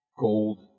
Gold